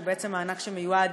שהוא בעצם מענק שמיועד